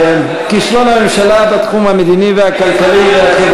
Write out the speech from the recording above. כישלון הממשלה בתחום המדיני והכלכלי-חברתי,